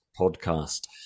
podcast